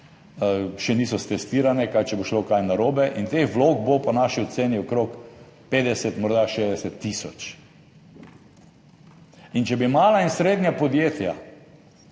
še niso stestirane. Kaj če bo šlo kaj narobe? Teh vlog bo po naši oceni okrog 50, morda 60 tisoč. In če bi mala in srednja podjetja,